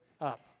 up